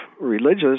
religious